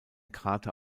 krater